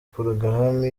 porogaramu